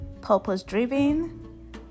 purpose-driven